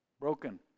Broken